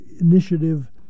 initiative